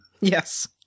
Yes